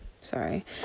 sorry